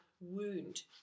wound